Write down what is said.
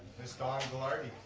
miss dawn gallardi.